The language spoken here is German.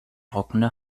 trockene